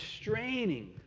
straining